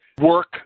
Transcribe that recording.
work